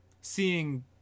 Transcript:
seeing